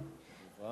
כמובן.